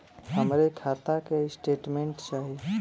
हमरे खाता के स्टेटमेंट चाही?